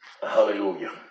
Hallelujah